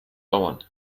bauern